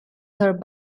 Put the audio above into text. her